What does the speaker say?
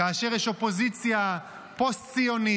כאשר יש אופוזיציה פוסט-ציונית,